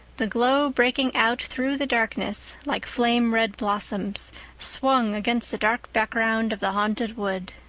the glow breaking out through the darkness like flame-red blossoms swung against the dark background of the haunted wood.